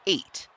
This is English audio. Eight